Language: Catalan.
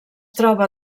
troba